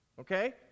Okay